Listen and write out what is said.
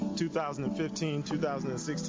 2015-2016